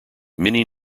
many